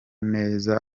neza